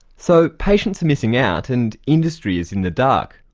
so patients are missing out and industry is in the dark.